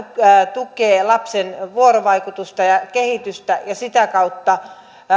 tukee lapsen vuorovaikutusta ja kehitystä ja sitä kautta